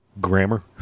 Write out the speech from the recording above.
grammar